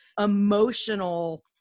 emotional